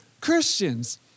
Christians